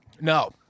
No